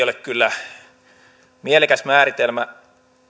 ole kyllä mielekäs määritelmä